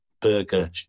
burger